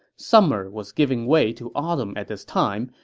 summer was giving way to autumn at this time,